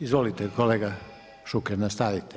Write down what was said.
Izvolite kolega Šuker, nastavite.